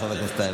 חבר הכנסת טייב,